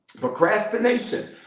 Procrastination